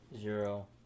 Zero